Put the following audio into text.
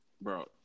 Bro